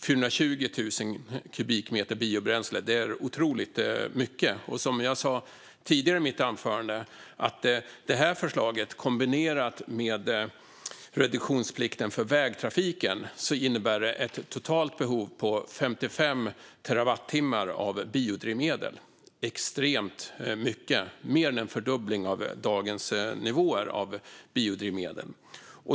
420 000 kubikmeter biobränslen är otroligt mycket. Och som jag sa i mitt anförande innebär det här förslaget kombinerat med reduktionsplikten för vägtrafiken ett totalt behov av 55 terawatttimmar när det gäller biodrivmedel. Det är extremt mycket. Det är mer än en fördubbling av dagens nivåer av biodrivmedel.